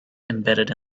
embedded